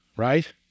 right